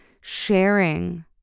sharing